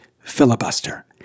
filibuster